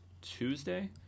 Tuesday